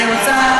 אני רוצה,